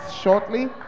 shortly